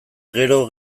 gero